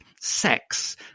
sex